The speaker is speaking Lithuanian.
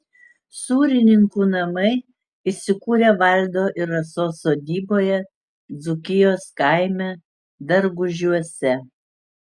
sūrininkų namai įsikūrę valdo ir rasos sodyboje dzūkijos kaime dargužiuose